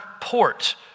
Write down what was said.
port